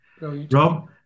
Rob